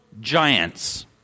giants